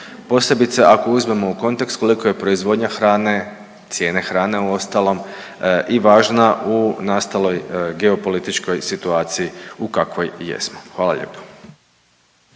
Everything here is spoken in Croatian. posebice ako uzmemo u kontekst koliko je proizvodnja hrane, cijene hrane uostalom i važna u nastaloj geopolitičkoj situaciji u kakvoj jesmo. Hvala lijepo.